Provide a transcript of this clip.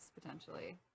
potentially